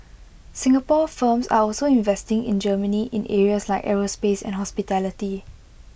Singapore firms are also investing in Germany in areas like aerospace and hospitality